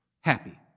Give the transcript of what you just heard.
happy